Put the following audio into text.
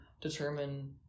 determine